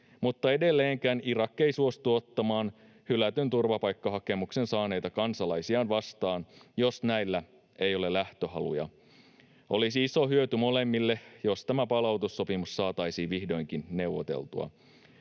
mutta edelleenkään Irak ei suostu ottamaan hylätyn turvapaikkahakemuksen saaneita kansalaisiaan vastaan, jos näillä ei ole lähtöhaluja. Olisi iso hyöty molemmille, jos tämä palautussopimus saataisiin vihdoinkin neuvoteltua.